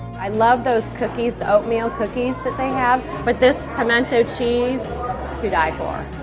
i love those cookies, oatmeal cookies that they have. but this pimento cheese to die for.